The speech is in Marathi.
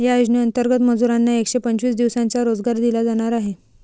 या योजनेंतर्गत मजुरांना एकशे पंचवीस दिवसांचा रोजगार दिला जाणार आहे